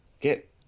get